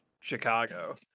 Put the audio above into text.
Chicago